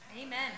Amen